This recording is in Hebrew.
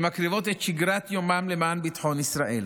שמקריבות את שגרת יומן למען ביטחון ישראל.